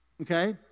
Okay